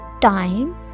time